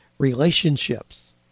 relationships